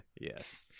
Yes